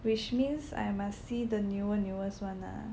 which means I must see the newer newest one ah